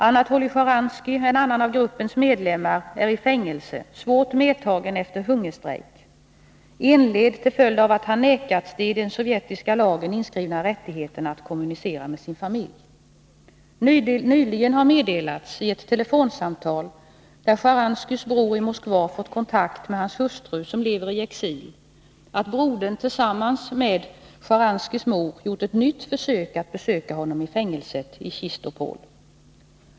Anatoly Sjtjaranskijs, en annan av gruppens medlemmar, är i fängelse, svårt medtagen efter en hungerstrejk som inletts till följd av att han vägrats de i den sovjetiska lagen inskrivna rättigheterna att kommunicera med sin familj. Nyligen meddelades i ett telefonsamtal att Sjtjaranskijs bror i Moskva fått kontakt med hans hustru, som lever i exil. Brodern har tillsammans med Sjtjaranskijs mor gjort ett nytt försök att besöka honom i fängelset i Chistopol.